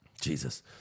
Jesus